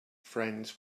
friends